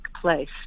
place